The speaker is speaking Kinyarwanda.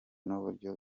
n’uburyo